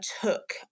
took